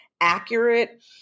accurate